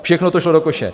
Všechno to šlo do koše.